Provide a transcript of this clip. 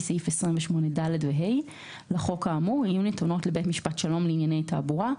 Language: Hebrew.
סעיף 28(ד) ו-(ה) לחוק האמור יהיו נתונות לבית משפט שלום לענייני תעבורה,